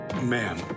Ma'am